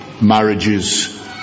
marriages